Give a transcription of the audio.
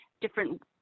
different